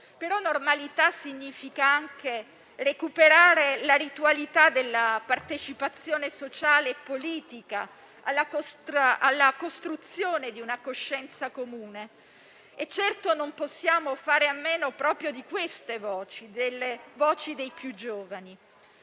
Però normalità significa anche recuperare la ritualità della partecipazione sociale e politica alla costruzione di una coscienza comune; e certo non possiamo fare a meno proprio di queste voci, delle voci dei più giovani.